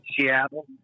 Seattle